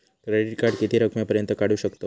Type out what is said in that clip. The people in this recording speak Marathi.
क्रेडिट कार्ड किती रकमेपर्यंत काढू शकतव?